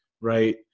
right